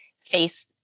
face